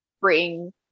bring